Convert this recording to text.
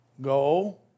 Go